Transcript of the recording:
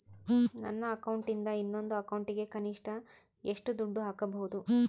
ನನ್ನ ಅಕೌಂಟಿಂದ ಇನ್ನೊಂದು ಅಕೌಂಟಿಗೆ ಕನಿಷ್ಟ ಎಷ್ಟು ದುಡ್ಡು ಹಾಕಬಹುದು?